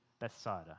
Bethsaida